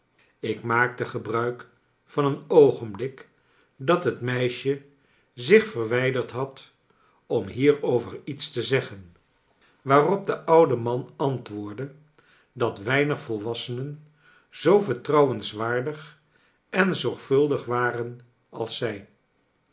ik maakte gebruik van een oogenblik dat het meisje zich verwijderd had om hierover iets te zeggen waarop de oude man antwoordde dat weinig volwassenen zoo vertrouwenswaardig en zorgvuldig waren als zij